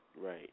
Right